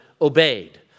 obeyed